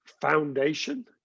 foundation